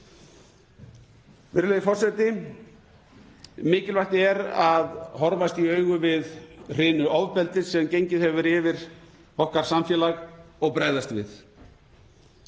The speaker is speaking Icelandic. Virðulegur forseti. Mikilvægt er að horfast í augu við hrinu ofbeldis sem gengið hefur yfir okkar samfélag og bregðast við.